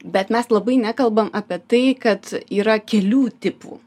bet mes labai nekalbam apie tai kad yra kelių tipų